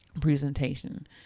presentation